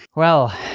well,